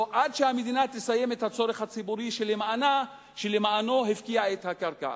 עד שהמדינה תסיים את הצורך הציבורי שלמענו היא הפקיעה את הקרקע.